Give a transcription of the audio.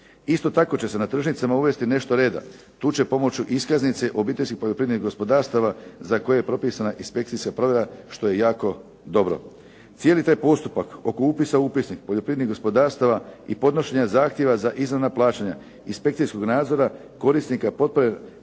Isto tako će se na tržnicama uvesti nešto reda. Tu će pomoću iskaznice obiteljskih poljoprivrednih gospodarstava za koje je propisana inspekcijska prodaja što je jako dobro. Cijeli taj postupak oko upisa u upisnik poljoprivrednih gospodarstava i podnošenja zahtjeva za izravna plaćanja inspekcijskog nadzora korisnika potpore